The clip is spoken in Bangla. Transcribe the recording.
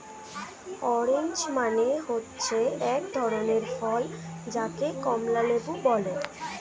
অরেঞ্জ মানে হচ্ছে এক ধরনের ফল যাকে কমলা লেবু বলে